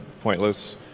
pointless